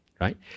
right